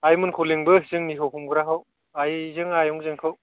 आइमोनखौ लेंबो जोंनिखौ हमग्राखौ आइजों आयं जोंखौ